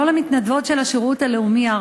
למתנדבות הערביות של השירות הלאומי.